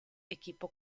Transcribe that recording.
equipo